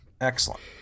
Excellent